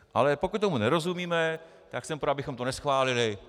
Ale pokud tomu nerozumíme, tak jsem pro, abychom to neschválili.